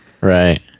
Right